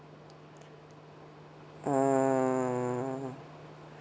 err